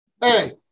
Hey